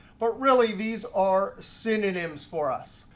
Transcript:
but really, these are synonyms for us.